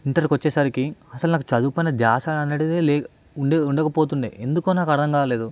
ఇంటర్కు వచ్చే సరికి అసలు నాకు చదువుపైన ధ్యాస అనేటిదే లేదు ఉండకపోతుండే ఎందుకో నాకు అర్థంకాలేదు